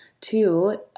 Two